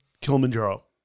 Kilimanjaro